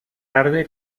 tarde